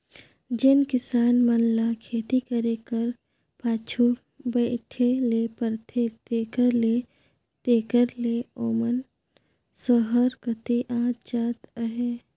जेन किसान मन ल खेती करे कर पाछू बइठे ले परथे तेकर ले तेकर ले ओमन सहर कती आत जात अहें